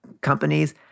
companies